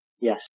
Yes